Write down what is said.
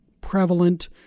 prevalent